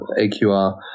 AQR